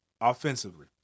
Offensively